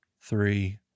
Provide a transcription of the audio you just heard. three